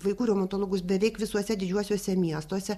vaikų reumatologus beveik visuose didžiuosiuose miestuose